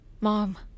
Mom